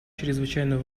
чрезвычайно